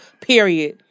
period